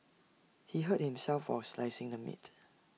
he hurt himself while slicing the meat